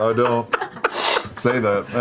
ah don't say that